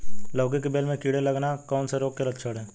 लौकी की बेल में कीड़े लगना कौन से रोग के लक्षण हैं?